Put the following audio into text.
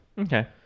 Okay